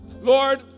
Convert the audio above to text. Lord